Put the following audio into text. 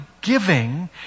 giving